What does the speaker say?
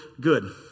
good